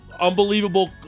unbelievable